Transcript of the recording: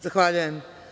Zahvaljujem.